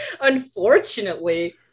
unfortunately